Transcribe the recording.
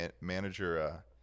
manager